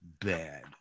bad